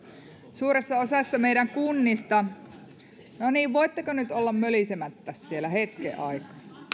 suuressa osassa meidän kunnista no niin voitteko nyt olla mölisemättä siellä hetken aikaa